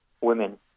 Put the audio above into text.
women